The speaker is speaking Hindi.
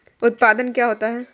उत्पाद क्या होता है?